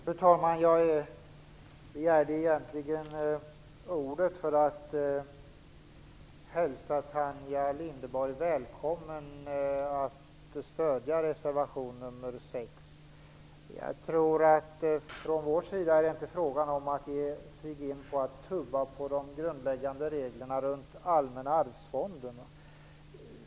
Fru talman! Jag begärde egentligen ordet för att hälsa Tanja Linderborg välkommen att stödja reservation nr 6. Från vår sida är det inte fråga om att tumma på de grundläggande reglerna runt Allmänna arvsfonden.